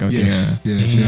Yes